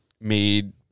made